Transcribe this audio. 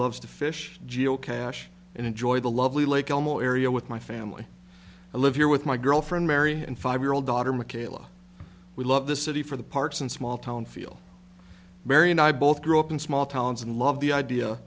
loves to fish geocache and enjoy the lovely lake como area with my family i live here with my girlfriend mary and five year old daughter mckayla we love the city for the parks and small town feel barry and i both grew up in small towns and love the idea